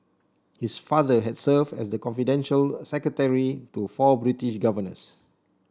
his father had served as the confidential secretary to four British governors